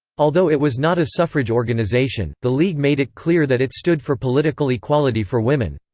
although it was not a suffrage organization, the league made it clear that it stood for political equality for women,